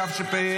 התשפ"ה